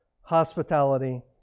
hospitality